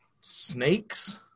snakes